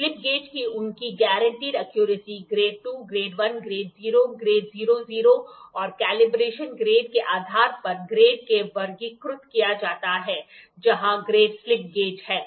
slip gauge को उनकी गारंटीकृत सटीकता ग्रेड 2 ग्रेड 1 ग्रेड 0 ग्रेड 00 और कैलिब्रेशन ग्रेड के आधार पर ग्रेड में वर्गीकृत किया गया है जहां 5 ग्रेड स्लिप गेज हैं